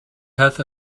health